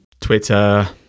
Twitter